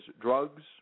drugs